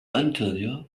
antonio